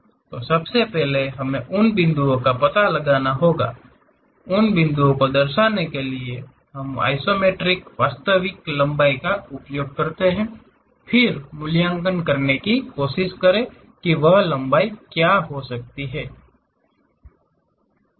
तो सबसे पहले हमें उन बिंदुओं का पता लगाना होगा उन बिंदुओं के दर्शाने के लिए पहेले हम आइसोमेट्रिक वास्तविक लंबाई का उपयोग करते हैं फिर मूल्यांकन करने की कोशिश करें कि वह लंबाई क्या हो सकती है